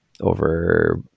over